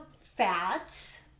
fats